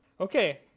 Okay